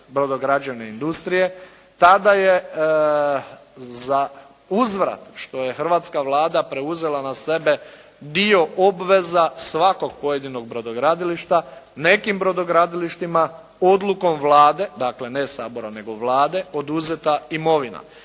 brodograđevne industrije, tada je za uzvrat što je hrvatska Vlada preuzela na sebe dio obveza svakog pojedinog brodogradilišta, nekim brodogradilištima odlukom Vlade, dakle ne Sabora nego Vlade oduzeta imovina.